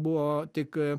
buvo tik